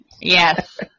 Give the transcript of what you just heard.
Yes